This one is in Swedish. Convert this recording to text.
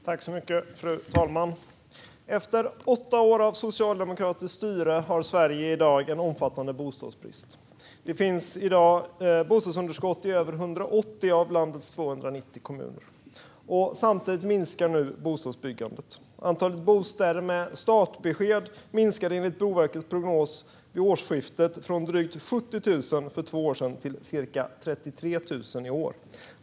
Fru talman! Efter åtta år av socialdemokratiskt styre har Sverige i dag en omfattande bostadsbrist. Det är bostadsunderskott i över 180 av landets 290 kommuner. Samtidigt minskar bostadsbyggandet. Antalet bostäder med startbesked minskade enligt Boverkets prognos vid årsskiftet från drygt 70 000 för två år sedan till cirka 33 000 i år.